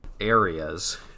areas